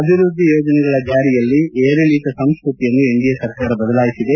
ಅಭಿವೃದ್ದಿ ಯೋಜನೆಗಳ ಜಾರಿಯಲ್ಲಿ ವಿರಿಳಿತ ಸಂಸ್ಕತಿಯನ್ನು ಎನ್ಡಿಎ ಸರ್ಕಾರ ಬದಲಾಯಿಸಿದೆ